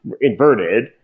inverted